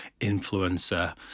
influencer